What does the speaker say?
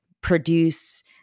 produce